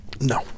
No